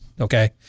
Okay